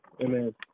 Amen